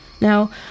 Now